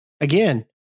Again